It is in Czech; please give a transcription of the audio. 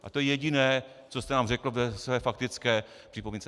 A to je jediné, co jste nám řekl ve své faktické připomínce.